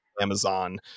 Amazon